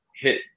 hit